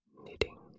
knitting